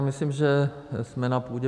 Myslím, že jsme na půdě